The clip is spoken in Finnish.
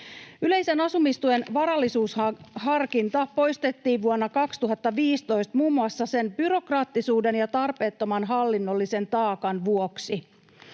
Yleisen asumistuen varallisuusharkinta poistettiin vuonna 2015 muun muassa sen byrokraattisuuden ja tarpeettoman hallinnollisen taakan vuoksi.